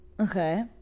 Okay